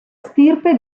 stirpe